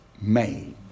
made